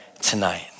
tonight